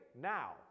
Now